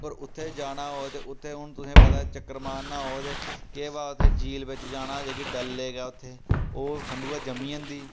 पर उत्थे जाना होऐ ते उत्थे हून तुसें पता ऐ चक्कर मारना होग ते केह् पता उत्थै झील बिच्च जाना होऐ जेह्की डल लेक ऐ उत्थे ओह् ठंडूआ जम्मी जंदी